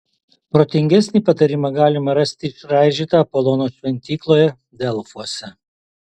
protingesnį patarimą galima rasti išraižytą apolono šventykloje delfuose